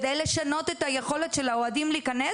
כדי לשנות את היכולת של האוהדים להיכנס